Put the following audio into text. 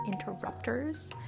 interrupters